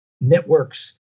networks